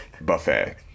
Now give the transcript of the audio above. Buffet